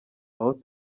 aho